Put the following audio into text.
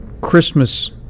Christmas